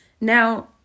Now